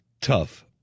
tough